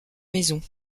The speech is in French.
maison